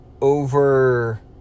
over